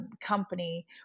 company